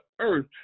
earth